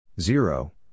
Zero